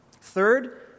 Third